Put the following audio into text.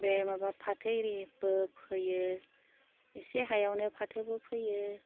बे माबा फाथो इरिबो फोयो एसे हायावनो फाथोबो फोयो